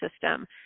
system